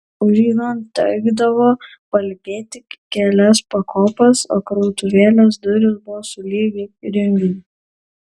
užeigon tekdavo palypėti kelias pakopas o krautuvėlės durys buvo sulig grindiniu